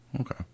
okay